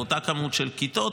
באותה כמות של כיתות,